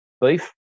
beef